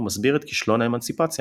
הוא מסביר את כישלון האמנסיפציה,